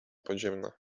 podziemne